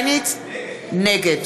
נגד